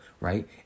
right